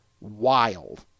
wild